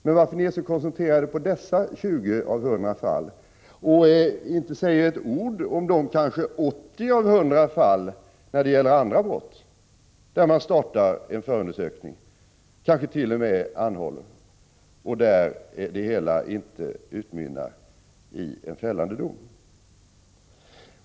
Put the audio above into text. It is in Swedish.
Men varför är ni så koncentrerade på dessa 20 fall av 100 att ni inte säger ett ord om kanske 80 fall av 100 när det gäller andra brott, där man startar en förundersökning och kanske gör anhållanden men där det hela inte utmynnar i en fällande dom?